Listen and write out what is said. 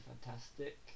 fantastic